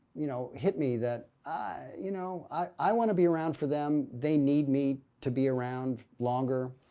you know, hit me that, i you know i want to be around for them, they need me to be around longer.